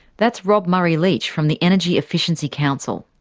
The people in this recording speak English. that's rob murray-leach from the energy efficiency council.